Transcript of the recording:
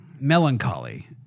melancholy